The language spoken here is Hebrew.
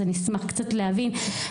אז אני אשמח להבין קצת.